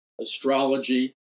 astrology